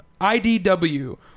IDW